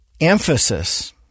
emphasis